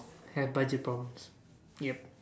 have budget problems yup